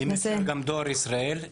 גם דואר ישראל,